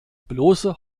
bloße